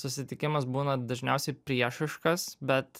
susitikimas būna dažniausiai priešiškas bet